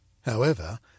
However